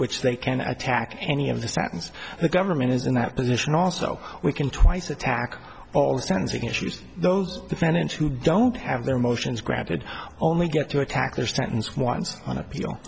which they can attack any of the sentence the government is in that position also we can twice attack all the sentencing issues those defendants who don't have their motions granted only get to attack their sentence once on appeal